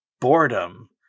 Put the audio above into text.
boredom